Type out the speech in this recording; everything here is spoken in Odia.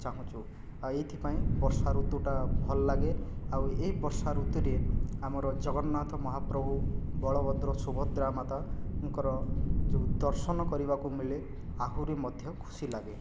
ଚାହୁଁଛୁ ଆଉ ଏଇଥି ପାଇଁ ବର୍ଷା ଋତୁଟା ଭଲ ଲାଗେ ଆଉ ଏହି ବର୍ଷା ଋତୁରେ ଆମର ଜଗନ୍ନାଥ ମହାପ୍ରଭୁ ବଳଭଦ୍ର ସୁଭଦ୍ରା ମାତାଙ୍କର ଯେଉଁ ଦର୍ଶନ କରିବାକୁ ମିଳେ ଆହୁରି ମଧ୍ୟ ଖୁସି ଲାଗେ